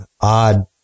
odd